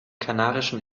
kanarischen